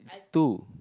two